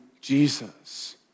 Jesus